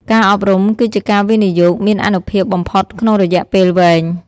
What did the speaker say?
ការអប់រំគឺជាការវិនិយោគមានអានុភាពបំផុតក្នុងរយៈពេលវែង។